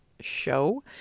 show